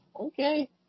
Okay